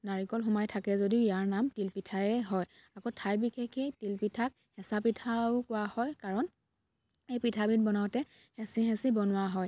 নাৰিকল সোমাই থাকে যদি ইয়াৰ নাম তিলপিঠায়ে হয় আকৌ ঠাই বিশেষে তিলপিঠাক হেঁচা পিঠাও কোৱা হয় কাৰণ এই পিঠাবিধ বনাওঁতে হেঁচি হেঁচি বনোৱা হয়